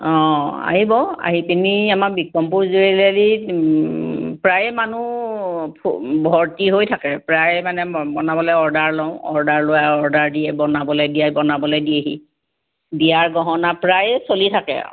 অ' আহিব আহি পিনে আমাৰ ডিকম্প'জ জোৱেলাৰীত প্ৰায়ে মানুহ ভৰ্তি হৈ থাকে প্ৰায় মানে বনাবলৈ অৰ্ডাৰ লওঁ অৰ্ডাৰ দিয়ে বনাবলৈ দিয়েহি বিয়াৰ গহনা প্ৰায়ে চলি থাকে আৰু